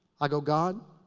i go, god,